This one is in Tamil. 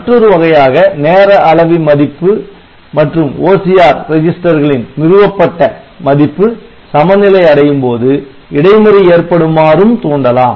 மற்றொரு வகையாக நேர அளவி மதிப்பு மற்றும் OCR ரெஜிஸ்டர் களின் நிறுவப்பட்ட மதிப்பு சமநிலை அடையும்போது இடை மறி ஏற்படுமாறும் தூண்டலாம்